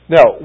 Now